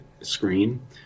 screen